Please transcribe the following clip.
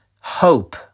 hope